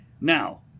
Now